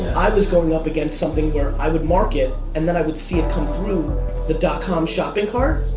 i was going up against something where i would market, and then i would see it come through the dot com shopping cart,